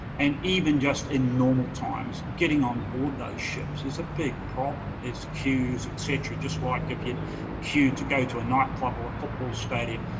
and even just in normal times, getting on board those ships is a big problem. there's queues, etc, just like if you queue to go to a nightclub or a football stadium,